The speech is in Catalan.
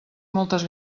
moltes